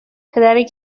پدری